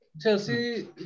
Chelsea